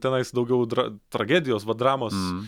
tenais daugiau dra tragedijos vat dramos